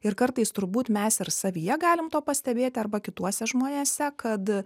ir kartais turbūt mes ir savyje galim to pastebėti arba kituose žmonėse kad